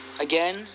Again